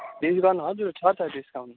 discount हजुर छ त डिस्टाउन्ट